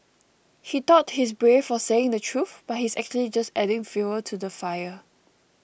he thought he's brave for saying the truth but he's actually just adding fuel to the fire